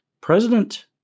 President